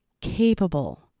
capable